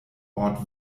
ort